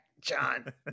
John